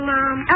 Mom